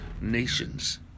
nations